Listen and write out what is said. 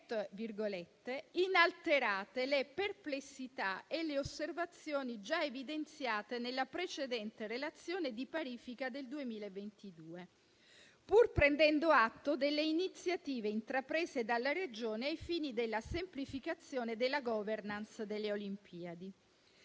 «inalterate le perplessità e le osservazioni già evidenziate nella precedente relazione di parifica del 2022, pur prendendo atto delle iniziative intraprese dalla Regione ai fini della semplificazione della *governance* delle Olimpiadi».